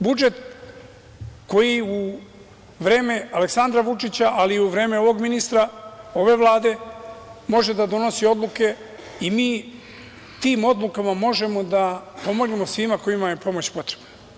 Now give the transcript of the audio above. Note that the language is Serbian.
Budžet koji u vreme Aleksandra Vučića, ali i u vreme ovog ministra, ove Vlade, može da donosi odluke i mi tim odlukama možemo da pomognemo svima kojima je pomoć potrebna.